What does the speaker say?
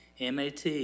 MAT